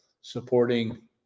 supporting